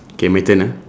okay my turn ah